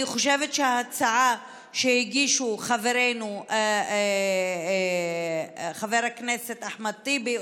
אני חושבת שההצעה שהגישו חברינו חבר הכנסת אחמד טיבי,